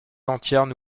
entièrement